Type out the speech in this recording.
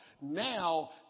now